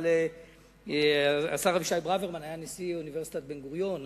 אבל השר אבישי ברוורמן היה נשיא אוניברסיטת בן-גוריון,